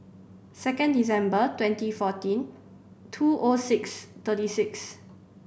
second December twenty fourteen two O six thirty six